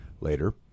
later